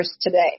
today